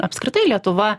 apskritai lietuva